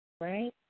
right